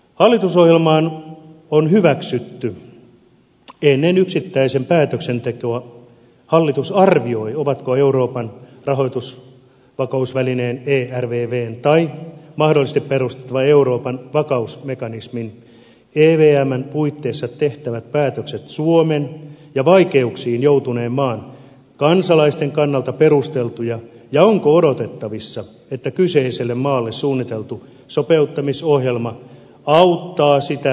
hallitusohjelmaan on hyväksytty että ennen yksittäisen päätöksen tekoa hallitus arvioi ovatko euroopan rahoitusvakausvälineen ervvn tai mahdollisesti perustettavan euroopan vakausmekanismin evmn puitteissa tehtävät päätökset suomen ja vaikeuksiin joutuneen maan kansalaisten kannalta perusteltuja ja onko odotettavissa että kyseiselle maalle suunniteltu sopeuttamisohjelma auttaa sitä selviytymään ahdingossa